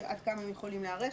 עד כמה הם יכולים להיערך,